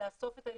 לאסוף את הילדים,